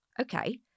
okay